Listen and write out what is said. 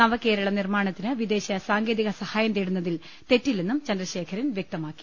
നവ കേരള നിർമ്മാണത്തിന് വിദേശ സാങ്കേതിക സഹായം തേടുന്നതിൽ തെറ്റി ല്ലെന്നും ചന്ദ്രശേഖരൻ വ്യക്തമാക്കി